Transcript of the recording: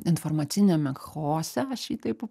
informaciniame chaose aš jį taip